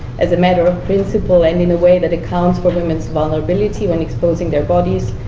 as a matter of principle, and in a way that accounts for woman's vulnerability when exposing their bodies,